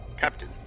Captain